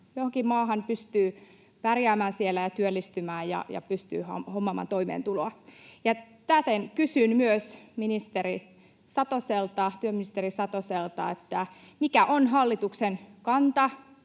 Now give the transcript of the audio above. johonkin maahan, pystyy pärjäämään siellä ja työllistymään ja pystyy hommaamaan toimeentuloa. Täten kysyn myös työministeri Satoselta: Mikä on hallituksen kanta